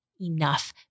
enough